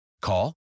Call